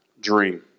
Dream